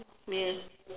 neighbour